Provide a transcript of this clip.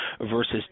versus